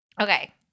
Okay